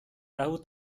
tahu